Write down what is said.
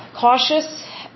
cautious